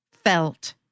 felt